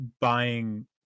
buying